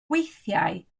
weithiau